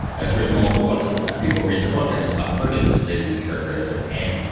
has written multiple books about that people read the book and they stop hurting, because they re characterize their pain.